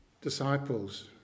disciples